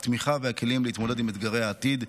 התמיכה והכלים להתמודד עם אתגרי העתיד.